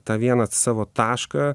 tą vieną savo tašką